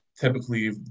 typically